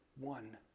one